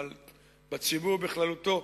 אבל בציבור בכללותו,